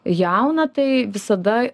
jauną tai visada